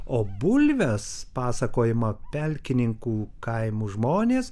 o bulves pasakojama pelkininkų kaimo žmonės